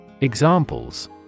Examples